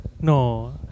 No